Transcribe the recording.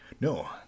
no